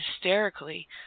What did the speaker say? hysterically